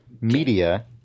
Media